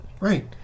Right